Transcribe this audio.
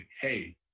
Hey